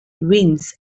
wins